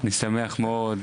אני שמח מאוד,